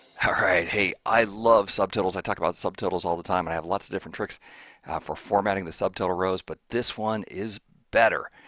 right, hey i love subtotals. i talk about subtotalss all the time and i have lots of different tricks for formatting the subtotal rows but this one is better.